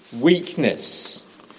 weakness